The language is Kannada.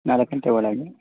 ನಾಲ್ಕು ಗಂಟೆ ಒಳಗೆ